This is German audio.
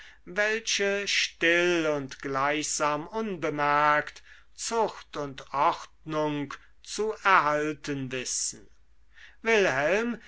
welche still und gleichsam unbemerkt zucht und ordnung zu erhalten wissen wilhelm